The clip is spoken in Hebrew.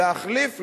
להחליף,